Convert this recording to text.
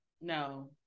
No